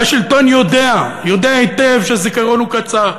והשלטון יודע, יודע היטב, שהזיכרון הוא קצר.